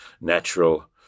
natural